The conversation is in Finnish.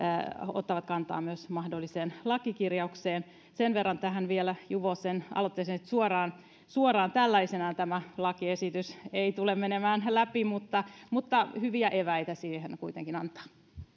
ottavat kantaa myös siihen mahdolliseen lakikirjaukseen sen verran vielä tästä edustaja juvosen aloitteesta että suoraan suoraan tällaisenaan tämä lakiesitys ei tule menemään läpi mutta mutta hyviä eväitä tämä kuitenkin antaa